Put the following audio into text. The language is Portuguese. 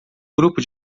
grupo